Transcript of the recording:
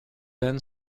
then